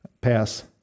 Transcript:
pass